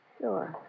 Sure